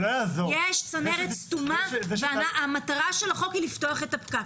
יש צנרת סתומה, והמטרה של החוק היא לפתוח את הפקק.